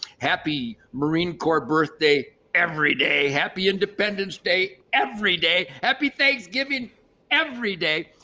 happy marine corps birthday every day, happy independence day every day, happy thanksgiving every day.